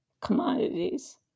commodities